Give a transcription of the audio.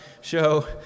show